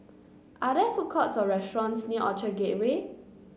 are there food courts or restaurants near Orchard Gateway